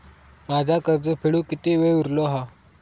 माझा कर्ज फेडुक किती वेळ उरलो हा?